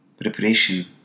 preparation